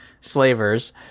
slavers